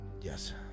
Yes